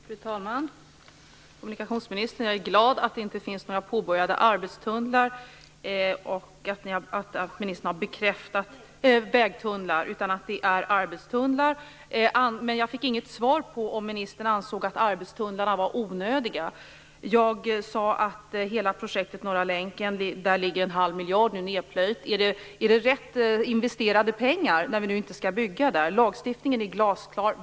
Fru talman! Kommunikationsministern! Jag är glad åt att det inte finns några påbörjade vägtunnlar utan att det handlar om arbetstunnlar, men jag fick inte något svar på frågan om ministern ansåg att arbetstunnlarna var onödiga. Jag sade att det ligger en halv miljard nedplöjd i hela projektet Norra länken. Är det rätt investerade pengar när vi nu inte skall bygga där? Lagstiftningen är glasklar.